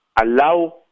allow